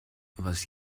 was